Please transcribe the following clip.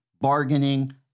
bargaining